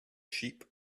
sheep